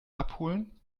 abholen